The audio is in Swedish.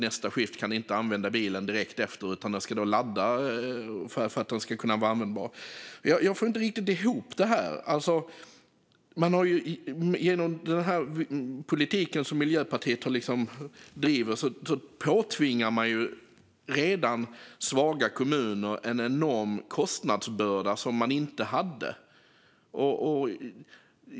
Nästa skift kan alltså inte använda bilen direkt efter dem, utan den måste laddas för att vara användbar. Jag får inte ihop det här. Med den politik Miljöpartiet driver påtvingas redan svaga kommuner en enorm kostnadsbörda som de inte hade tidigare.